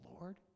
Lord